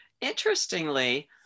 Interestingly